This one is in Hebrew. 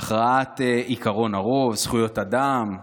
עקרון הכרעות הרוב,